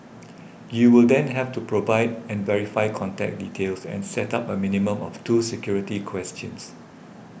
you will then have to provide and verify contact details and set up a minimum of two security questions